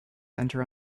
enter